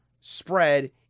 spread